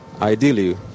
ideally